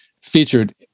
featured